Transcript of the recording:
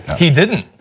he didn't.